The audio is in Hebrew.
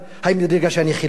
האם זה בגלל שאני חילוני?